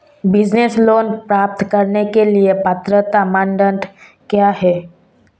Business loan प्राप्त करने के लिए पात्रता मानदंड क्या हैं?